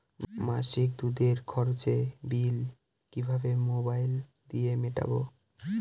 মাসিক দুধের খরচের বিল কিভাবে মোবাইল দিয়ে মেটাব?